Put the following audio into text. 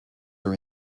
are